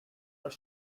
are